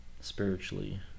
spiritually